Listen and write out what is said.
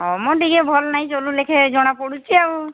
ହଁ ମ ଟିକେ ଭଲ ନାଇଁ ଚଲୁ ଲେଖେ ଜଣା ପଡ଼ୁଛି ଆଉ